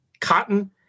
cotton